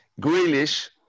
Grealish